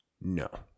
No